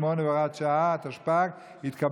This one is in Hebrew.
68 והוראת שעה) (תיקון מס' 2), התשפ"ג 2023,